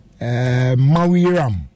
Mawiram